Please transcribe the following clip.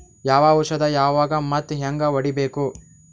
ಯಾವ ಔಷದ ಯಾವಾಗ ಮತ್ ಹ್ಯಾಂಗ್ ಹೊಡಿಬೇಕು?